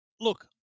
look